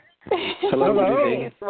Hello